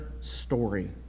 story